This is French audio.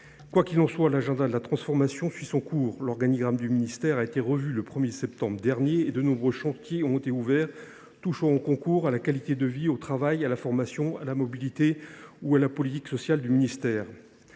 Quoi qu’il en soit, l’agenda de transformation suit son cours. L’organigramme du ministère a été revu le 1 septembre dernier et de nombreux chantiers ont été ouverts, touchant aux concours, à la qualité de vie au travail, à la formation, à la mobilité ou à la politique sociale du ministère.